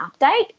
update